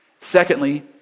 Secondly